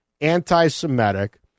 anti-Semitic